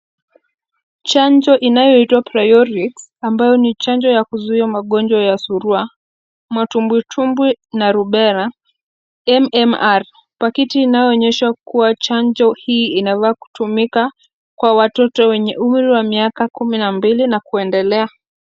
Chanjo inayoitwa PRIORIX ambayo ni chanjo ya kuziuia magonjwa ya surua, matumbitumbwi na rubela, MMR. Pakiti inayoonyesha chanjo hii inafaa kutumika kwa watoto wenye miaka kumi na mbili kuendelea.